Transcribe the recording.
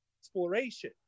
exploration